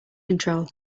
control